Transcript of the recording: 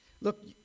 Look